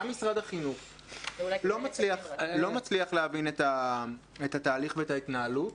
גם משרד החינוך אני לא מצליח להבין את התהליך ואת ההתנהלות.